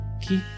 keep